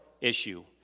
issue